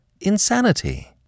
insanity